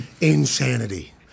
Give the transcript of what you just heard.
insanity